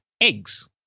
eggs